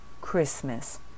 Christmas